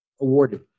awarded